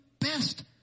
best